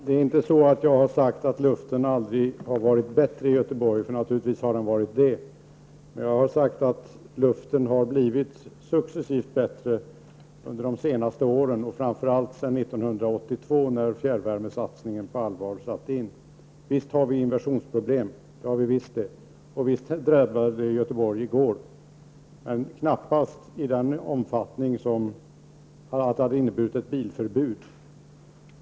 Herr talman! Jag har inte sagt att luften aldrig har varit bättre i Göteborg; naturligtvis har den varit det. Jag har sagt att luften successivt har blivit bättre under de senaste åren och framför allt sedan 1982, när fjärrvärmesatsningen satte in på allvar. Visst har vi inversionsproblem, och visst drabbade det Göteborg i går, men knappast i den omfattning som bl.a. hade inneburit ett bilförbud.